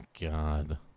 God